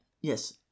Yes